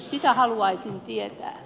sen haluaisin tietää